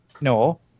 No